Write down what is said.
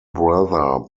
brother